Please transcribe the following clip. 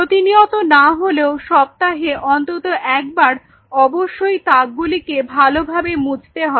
প্রতিনিয়ত না হলেও সপ্তাহে অন্তত একবার অবশ্যই তাকগুলিকে ভালোভাবে মুছতে হবে